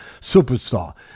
superstar